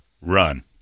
Run